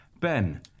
Ben